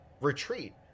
retreat